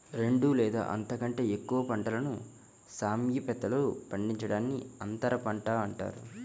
రెండు లేదా అంతకంటే ఎక్కువ పంటలను సామీప్యతలో పండించడాన్ని అంతరపంట అంటారు